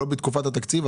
לא בתקופת התקציב?